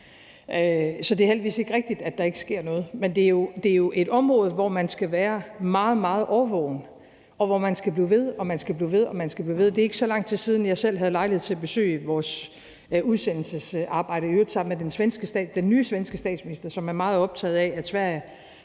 Så det er heldigvis ikke rigtigt, at der ikke sker noget, men det er jo et område, hvor man skal være meget, meget årvågen, og hvor man skal blive ved og blive ved. Det er ikke så lang tid siden, jeg selv havde lejlighed til at besøge vores udsendelsesarbejde, i øvrigt sammen med den nye svenske statsminister, som er meget optaget af, at Sverige